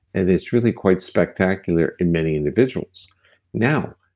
and it's really quite spectacular in many individuals now,